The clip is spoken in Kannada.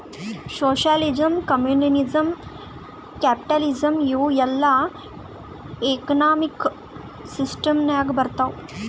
ಸೋಷಿಯಲಿಸಮ್, ಕಮ್ಯುನಿಸಂ, ಕ್ಯಾಪಿಟಲಿಸಂ ಇವೂ ಎಲ್ಲಾ ಎಕನಾಮಿಕ್ ಸಿಸ್ಟಂ ನಾಗ್ ಬರ್ತಾವ್